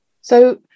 So-